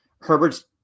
Herbert's